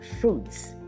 fruits